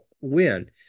win